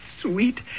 sweet